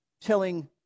telling